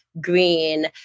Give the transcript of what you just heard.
green